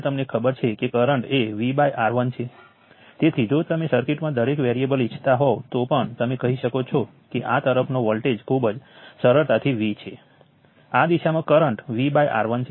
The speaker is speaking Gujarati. આપણે બે ટર્મિનલ એલિમેન્ટ્સને ધ્યાનમાં લઈશું પરંતુ આ વસ્તુઓને વધારે સંખ્યામાં ટર્મિનલ માટે સામાન્ય બનાવી શકાય છે